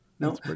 No